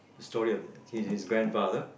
story of his his grandfather